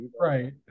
right